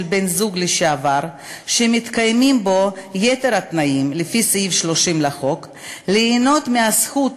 בן-זוג לשעבר שמתקיימים בו יתר התנאים לפי סעיף 30 לחוק ליהנות מהזכות